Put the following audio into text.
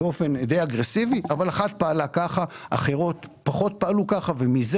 באופן די אגרסיבי אבל אחת פעלה כך ואחרות פחות פעלו כך ומזה